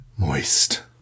Moist